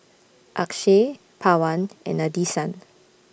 Akshay Pawan and Nadesan